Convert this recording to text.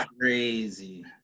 crazy